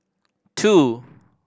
two